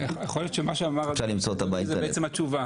יכול להיות שמה שאמר אדוני זו בעצם התשובה.